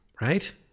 Right